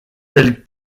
tels